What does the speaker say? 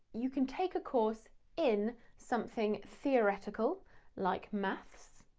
you can take a course in something theoretical like maths.